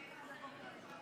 מגיש ההסתייגות איננו,